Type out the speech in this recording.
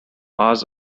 hours